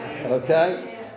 Okay